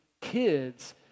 kids